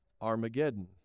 Armageddon